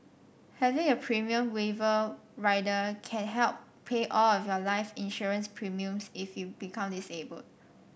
having a premium waiver rider can help pay all of your life insurance premiums if you become disabled